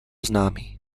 známý